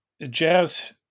Jazz